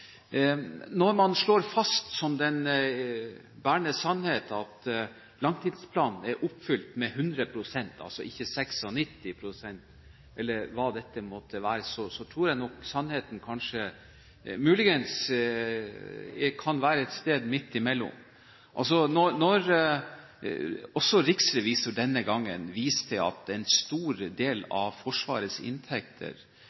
Når man slår fast som den bærende sannhet at langtidsplanen er oppfylt med 100 pst. – altså ikke 96 pst., eller hva det måtte være – tror jeg nok sannheten kanskje muligens kan være et sted midt imellom. Når også riksrevisor denne gangen viser til at en stor del